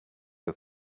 are